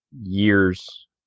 years